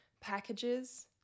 packages